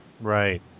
Right